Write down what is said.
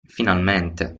finalmente